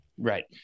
Right